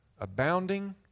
abounding